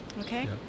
Okay